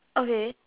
okay